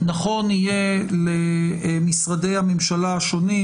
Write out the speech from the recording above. נכון יהיה למשרדי הממשלה השונים,